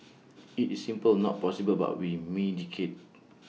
IT is simply not possible but we mitigate